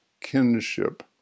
kinship